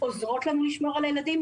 עוזרות להם לשמור על הילדים,